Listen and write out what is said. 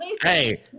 Hey